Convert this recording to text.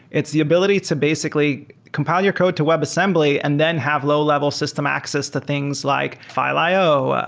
it's the ability to basically compile your code to webassembly and then have low-level system access to things like fi le io,